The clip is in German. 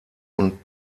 und